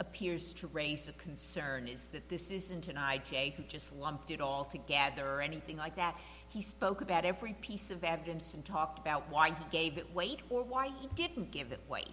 appears to raise the concern is that this isn't an i j just lumped it all together or anything like that he spoke about every piece of evidence and talked about why he gave it weight or why he didn't give that way